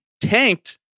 tanked